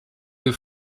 you